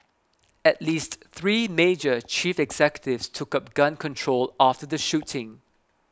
at least three major chief executives took up gun control after the shooting